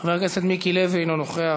חבר הכנסת מיקי לוי, אינו נוכח.